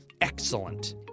Excellent